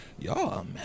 y'all